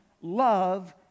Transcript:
love